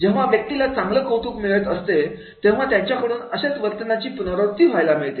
जेव्हा व्यक्तीला चांगलं कौतुक मिळत असते तेव्हा त्याच्याकडून तशाच वर्तणुकीची पुनरावृत्ती पहायला मिळते